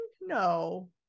no